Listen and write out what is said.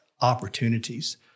opportunities